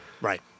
Right